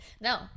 No